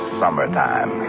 summertime